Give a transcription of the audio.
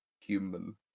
Human